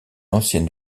ancienne